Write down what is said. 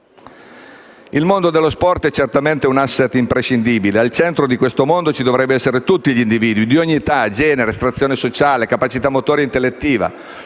Il mondo dello sport è certamente un *asset i*mprescindibile. Al centro di questo mondo ci dovrebbero essere tutti gli individui, di ogni età, genere, estrazione sociale, capacità motoria e intellettiva;